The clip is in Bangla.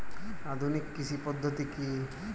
আধুনিক কৃষি পদ্ধতি কী?